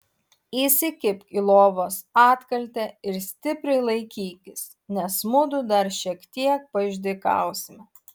įsikibk į lovos atkaltę ir stipriai laikykis nes mudu dar šiek tiek paišdykausime